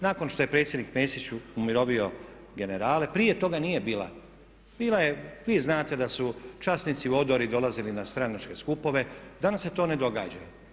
Nakon što je predsjednik Mesić umirovio generale, prije toga nije bila, bila je vi znate da su časnici u odori dolazili na stranačke skupove, a danas se to ne događa.